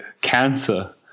cancer